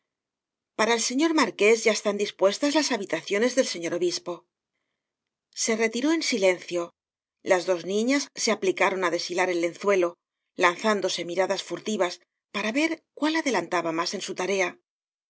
para el señor marqués ya están dispues tas las habitaciones del señor obispo se retiró en silencio las dos niñas se apli caron á deshilar el lenzuelo lanzándose mi radas furtivas para ver cuál adelantaba más en su tarea